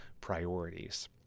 priorities